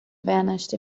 vanished